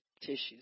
tissues